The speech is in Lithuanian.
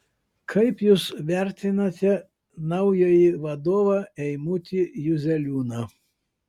kaip jūs vertinate naująjį vadovą eimutį juzeliūną